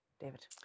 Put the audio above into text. David